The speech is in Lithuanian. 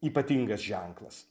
ypatingas ženklas